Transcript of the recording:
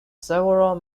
several